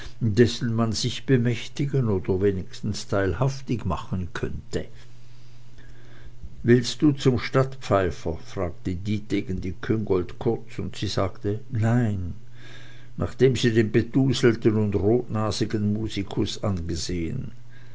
dessen man sich bemächtigen oder wenigstens teilhaftig machen könnte willst du zum stadtpfeifer fragte dietegen die küngolt kurz und sie sagte nein nachdem sie den beduselten und rotnasigen musikus angesehen